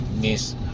miss